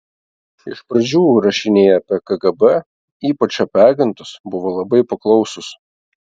iš pradžių rašiniai apie kgb ypač apie agentus buvo labai paklausūs